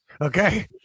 Okay